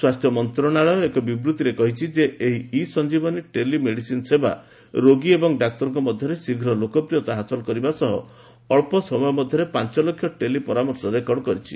ସ୍ୱାସ୍ଥ୍ୟ ମନ୍ତ୍ରଣାଳୟର ଏକ ବିବୃଭିରେ କହିଛି ଯେ ଏହି ଇ ସଞ୍ଜୀବନୀ ଟେଲି ମେଡ଼ିସିନ୍ ସେବା ରୋଗୀ ଏବଂ ଡାକ୍ତରଙ୍କ ମଧ୍ୟରେ ଶୀଘ୍ର ଲୋକପିୟତା ହାସଲ କରିବା ସହ ଅଳ୍ପ ସମୟ ମଧ୍ୟରେ ପାଞ୍ଚ ଲକ୍ଷ ଟେଲି ପରାମର୍ଶ ରେକର୍ଡ କରିଛି